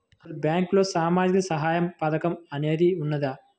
అసలు బ్యాంక్లో సామాజిక సహాయం పథకం అనేది వున్నదా?